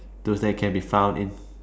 those that can be found in